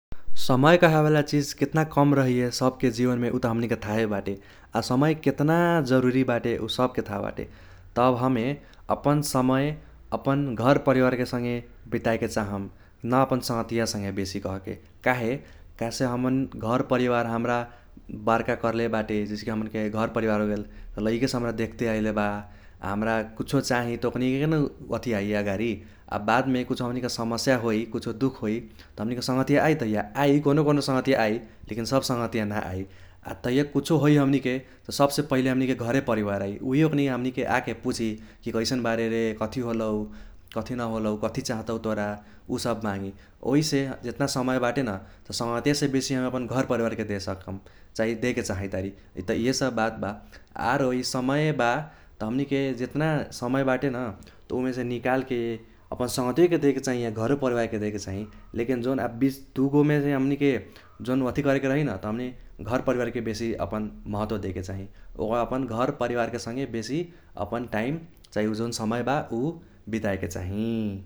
समय कहेबाला चिज केतना कम रहैये सबके जीवनमे उ त हमनीके थाहे बाटे। आ समय केतना जरूरी बाटे उ सबके थाह बाटे। तब हमे अपन समय अपन घरपरिवारके संगे बिताएके चाहम न अपन संगहतिया संगे बेसी कहके काहे काहेसे हमर घरपरिवार हमरा बार्का कर्ले बाटे जैसे कि हमनीके घरपरिवार होगेल लइके से हमरा देख्ते आइले बा आ हमरा कुछो चाही त ओकनीके न वथि आइ आगडी। आ बादमे कुछो हमनीके समस्या होइ कुछो दुख होइ त हमनीके संगहतिया आइ तहिया आइ कौनो कौनो संगहतिया आइ लेकिन सब संगहतिया न आइ। आ तहिया कुछो होइ हमनीके त सबसे पहिले हमनीके घरेपरिवार आइ उइहे हमनीके आके पूछी कि कैसन बारे रे कथी होलऊ कथी न होलऊ कथी चाहतउ तोरा उ सब मागी ओहिसे जेतना समय बाटे न त संगहतिया बेसी हमे अपन घरपरिवारके देसकम चाही देके चाहैतारी। त इहे सब बात बा आरो इ समय बा त हमनीके जेतना समय बाटे न त उमेसे नीकालके अपन संगहतियोके देके चाही आ घरोपरिवारके देके चाही लेकिन जौन आब बीच दुगोमेसे हमनीके जौन वथि करेके रही न त हमे घरपरिवारके बेसी अपन महत्व देके चाही। ओकर अपन घरपैरवारके संगे बेसी अपन टाइम चाही उ जौन समय बा उ बिताएके चाही।